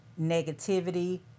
negativity